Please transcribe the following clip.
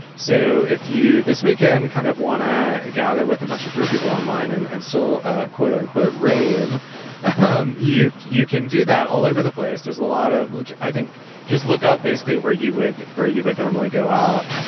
so if you this weekend kind of want to gather with a bunch of queer people online and and still ah quote unquote rave ah um you, you can do that all over the place. there's a lot of i think just look out basically where you would where you would normally go out.